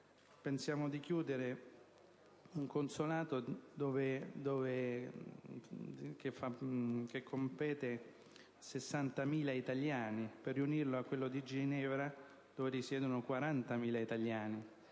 pensiamo di chiudere un consolato che interessa 60.000 italiani per riunirlo a quello di Ginevra, dove risiedono 40.000 italiani;